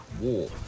War